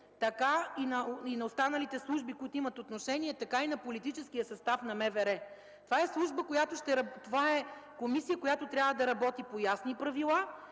така и на останалите служби, които имат отношение, така и на политическия състав на МВР. Това е комисия, която трябва да работи по ясни правила